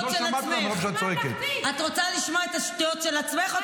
שאת רוצה לשמוע את השטויות של עצמך?